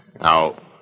Now